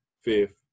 fifth